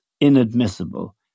inadmissible